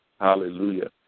Hallelujah